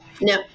No